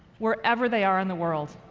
wherever they are in the world.